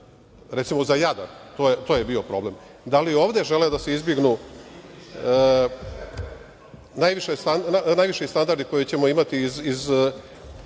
recimo za Jadar, to je bio problem? Da li ovde žele da se izbegnu najviši standardi koje ćemo imati ako